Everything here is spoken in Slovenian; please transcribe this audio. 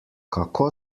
kako